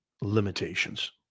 limitations